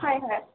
হয় হয়